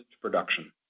production